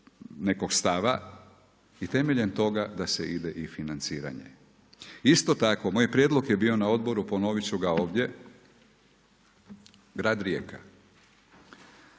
nekog stava i temeljem toga da se ide i financiranje. Isto tako moj prijedlog je bio na odboru, ponoviti ću ga ovdje, grad Rijeka.